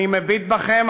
אני מביט בכם,